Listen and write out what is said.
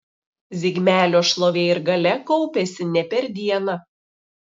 zigmelio šlovė ir galia kaupėsi ne per dieną